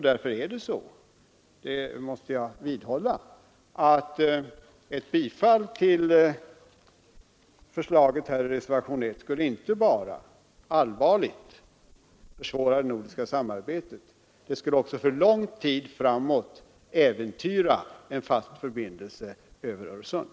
Därför skulle — det måste jag vidhålla — ett bifall till förslagen i reservationen 1 inte bara allvarligt försvåra det nordiska samarbetet utan också för lång tid framåt äventyra en fast förbindelse över Öresund.